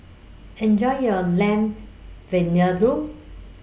Enjoy your Lamb Vindaloo